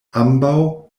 ambaŭ